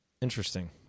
Interesting